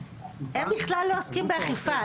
הם בכלל לא עוסקים באכיפה,